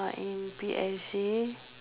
uh in P_S_A